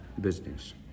business